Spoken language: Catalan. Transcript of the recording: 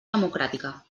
democràtica